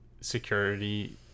security